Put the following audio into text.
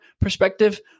perspective